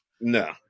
No